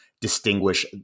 distinguish